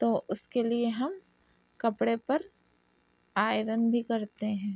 تو اس کے لیے ہم کپڑے پر آئرن بھی کرتے ہیں